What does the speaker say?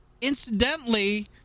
Incidentally